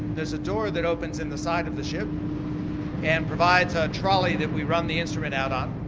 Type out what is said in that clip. there's a door that opens in the side of the ship and provides a a trolley that we run the instrument out on,